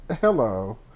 Hello